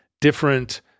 different